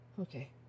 Okay